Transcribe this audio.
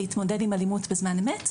להתמודד עם אלימות בזמן אמת,